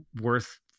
worth